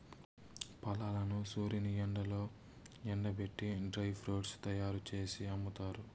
ఫలాలను సూర్యుని ఎండలో ఎండబెట్టి డ్రై ఫ్రూట్స్ తయ్యారు జేసి అమ్ముతారు